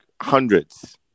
hundreds